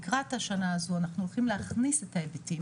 לקראת השנה הזו אנחנו הולכים להכניס את ההיבטים